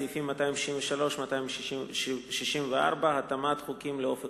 סעיפים 263 264 (התאמת חוקים ל"אופק